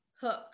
hook